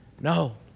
No